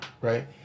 right